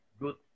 good